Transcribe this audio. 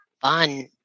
fun